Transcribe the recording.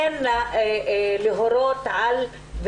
כן להורות על טיפול,